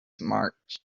march